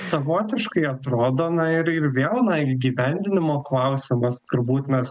savotiškai atrodo na ir ir vėl na įgyvendinimo klausimas turbūt mes